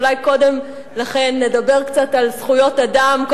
אולי קודם לכן נדבר קצת על זכויות אדם,